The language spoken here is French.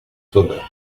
sauveur